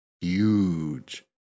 huge